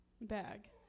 bag